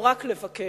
או רק לבקר.